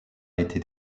été